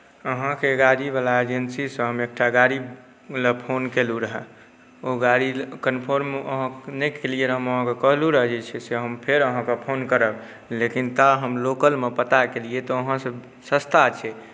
अहाँके गाड़ीवला एजेन्सीसँ हम एकटा गाड़ी लए फोन केलहुँ रहए ओ गाड़ी कन्फर्म अहाँ नहि केलियै रहए हम अहाँकेँ कहलहुँ रहए जे छै से हम फेर अहाँकेँ फोन करब लेकिन ता हम लोकलमे पता केलियै तऽ अहाँसँ सस्ता छै